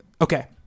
Okay